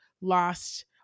lost